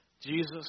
Jesus